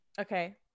Okay